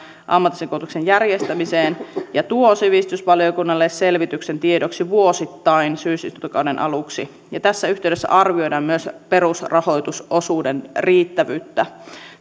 ammatillisen koulutuksen järjestämiseen ja tuo sivistysvaliokunnalle selvityksen tiedoksi vuosittain syysistuntokauden aluksi tässä yhteydessä arvioidaan myös perusrahoitusosuuden riittävyyttä